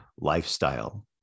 lifestyle